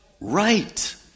right